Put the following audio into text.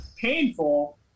painful